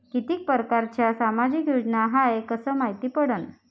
कितीक परकारच्या सामाजिक योजना हाय कस मायती पडन?